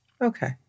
Okay